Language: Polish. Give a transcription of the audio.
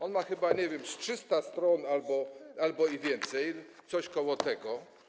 On ma chyba, nie wiem, z 300 stron albo i więcej, coś około tego.